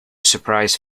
surprise